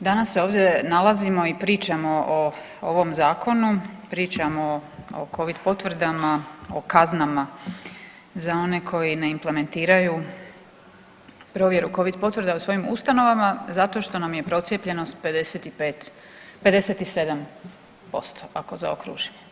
danas se ovdje nalazimo i pričamo o ovom zakonu, pričamo o covid potvrdama, o kaznama za one koji ne implementiraju provjeru covid potvrda u svojim ustanovama zato što nam je procijepljenost 55, 57% ako zaokružimo.